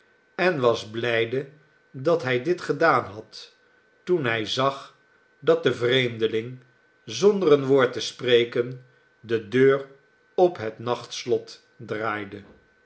en was blijde dat hij dit gedaan had toen hij zag dat de vreemdeling zonder een woord te spreken de deur op het nachtslot draaide